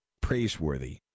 praiseworthy